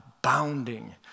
abounding